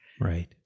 Right